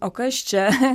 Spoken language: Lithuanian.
o kas čia